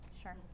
Sure